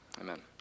Amen